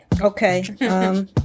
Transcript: Okay